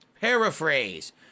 Paraphrase